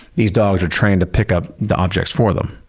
these dogs are trained to pick up the objects for them.